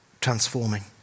transforming